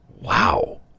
Wow